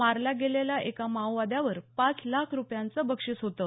मारल्या गेलेल्या एका माओवाद्यावर पाच लाख रुपयांचं बक्षीस होतं